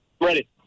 Ready